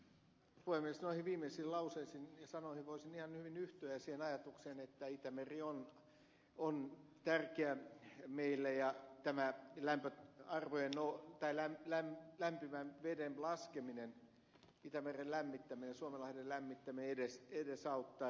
noihin viimeisiin lauseisiin ja sanoihin voisin ihan hyvin yhtyä ja siihen ajatukseen että itämeri on tärkeä meille ja tämä lämpö arvojen luottaa ja lämpimän veden laskeminen itämeren lämmittäminen suomenlahden lämmittäminen edesauttaa rehevöitymistä